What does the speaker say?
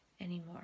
anymore